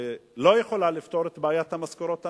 שלא יכולה לפתור את בעיית המשכורות הנמוכות.